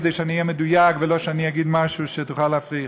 כדי שאני אהיה מדויק ולא שאני אגיד משהו שתוכל להפריך.